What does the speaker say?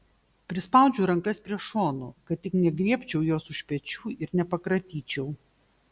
prispaudžiu rankas prie šonų kad tik negriebčiau jos už pečių ir nepakratyčiau